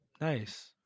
Nice